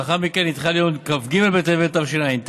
ולאחר מכן נדחה ליום כ"ג בטבת התשע"ט,